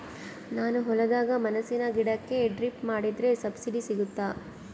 ನಾನು ಹೊಲದಾಗ ಮೆಣಸಿನ ಗಿಡಕ್ಕೆ ಡ್ರಿಪ್ ಮಾಡಿದ್ರೆ ಸಬ್ಸಿಡಿ ಸಿಗುತ್ತಾ?